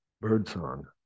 birdsong